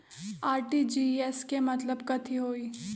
RTGS के मतलब कथी होइ?